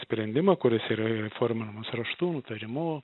sprendimą kuris yra įforminamas raštu nutarimu